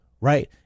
Right